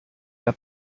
der